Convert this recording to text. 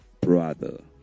brother